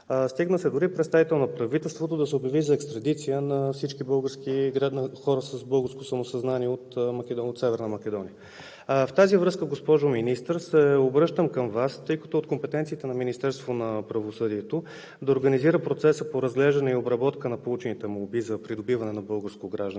Стигна се дори представител на правителството да се обяви за екстрадиция на всички хора с българско самосъзнание от Северна Македония. Госпожо Министър, обръщам се към Вас, тъй като е от компетенцията на Министерството на правосъдието да организира процеса по разглеждане и обработка на получените молби за придобиване на българско гражданство,